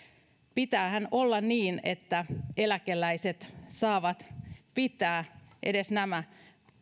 pitäähän olla niin että eläkeläiset saavat pitää edes nämä